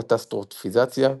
קטסטרופיזציה,